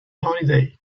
holiday